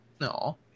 No